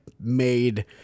made